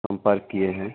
संपर्क किए है